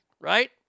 right